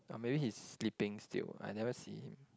or maybe he's sleeping still I never see him